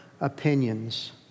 opinions